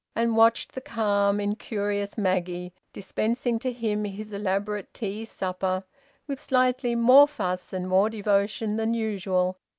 and watched the calm incurious maggie dispensing to him his elaborate tea-supper with slightly more fuss and more devotion than usual,